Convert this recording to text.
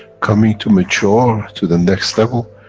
coming to mature to the next level,